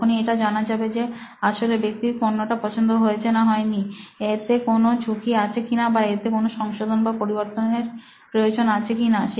তখনই এটা জানা যাবে যে আসলে ব্যক্তির পণ্যটা পছন্দ হয়েছে না হয়নি এতে কোনো ঝুঁকি আছে কিনা বা এতে কোন সংশোধন বা পরিবর্তনের প্রয়োজন আছে কিনা